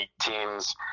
teams